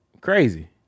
Crazy